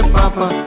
papa